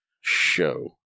show